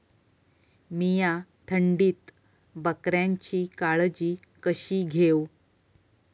मीया थंडीत बकऱ्यांची काळजी कशी घेव?